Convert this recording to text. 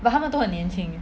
but 他们都很年轻